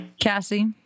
Cassie